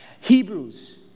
Hebrews